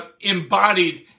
embodied